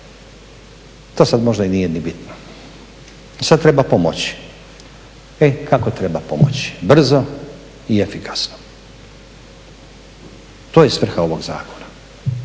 To sad možda nije ni bitno. Sad treba pomoći. E, kako treba pomoći? Brzo i efikasno. To je svrha ovog zakona